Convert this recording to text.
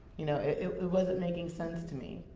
you know it it wasn't making sense to me.